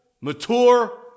mature